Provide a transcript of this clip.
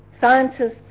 scientists